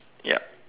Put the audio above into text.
yep